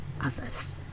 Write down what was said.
others